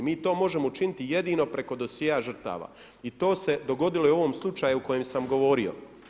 Mi to možemo učiniti jedino preko dosjea žrtava i to se dogodilo i u ovom slučaju o kojem sam govorio.